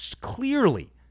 clearly